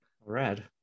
red